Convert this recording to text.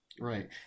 right